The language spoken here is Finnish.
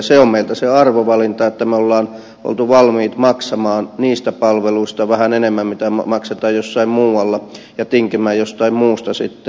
se on meiltä se arvovalinta että me olemme olleet valmiit maksamaan niistä palveluista vähän enemmän kuin maksetaan jossain muualla ja tinkimään jostain muusta sitten